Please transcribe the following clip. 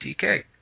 tk